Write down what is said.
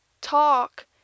talk